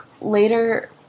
later